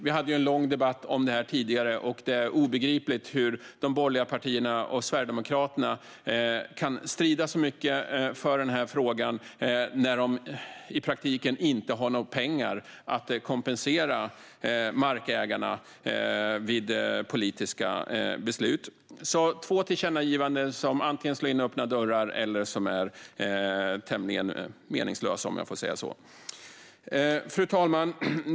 Vi hade en lång debatt om detta tidigare, och det är obegripligt hur de borgerliga partierna och Sverigedemokraterna kan strida så mycket för denna fråga när de i praktiken inte har några pengar för att kompensera markägarna vid politiska beslut. Det rör sig alltså om två tillkännagivanden som antingen slår in öppna dörrar eller är tämligen meningslösa, om jag får säga så. Fru talman!